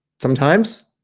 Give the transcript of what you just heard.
sometimes,